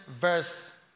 verse